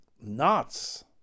nuts